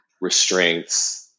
restraints